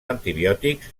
antibiòtics